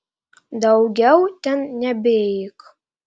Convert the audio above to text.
daugiau ten nebeik